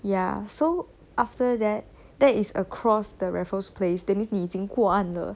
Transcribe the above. ya so after that that is across the raffles place that means 你已经过岸了